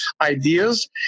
ideas